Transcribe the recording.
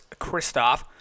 Kristoff